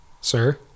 Sir